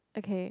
okay